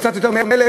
או קצת יותר מ-1,000,